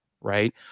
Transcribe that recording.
right